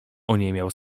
oniemiał